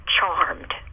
charmed